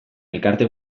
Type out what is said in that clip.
elkarte